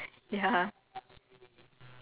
cause it's like the opposite of sense you know